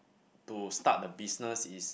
to start a business is